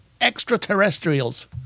Extraterrestrials